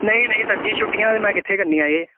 ਨਹੀਂ ਨਹੀਂ ਸਰ ਜੀ ਛੁੱਟੀਆਂ ਤਾਂ ਮੈਂ ਕਿੱਥੇ ਕਰਨੀਆਂ ਜੇ